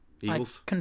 Eagles